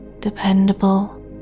dependable